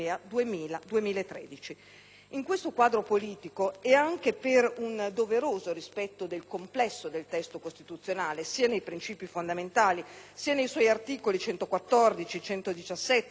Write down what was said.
Da queste considerazioni e nel doveroso rispetto del complesso del testo costituzionale, sia nei princìpi fondamentali sia nei suoi articoli 114, 117, 118 e 119,